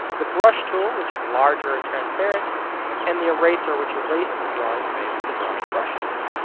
the brush tool which is larger and transparent and the eraser which erases drawings made with the drawing or brush tools.